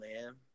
man